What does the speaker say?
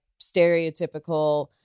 stereotypical